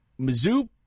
Mizzou